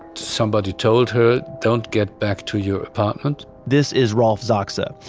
somebody told her, don't get back to your apartment this is ralph zazca,